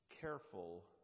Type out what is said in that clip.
careful